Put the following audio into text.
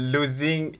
Losing